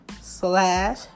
slash